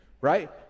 right